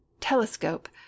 telescope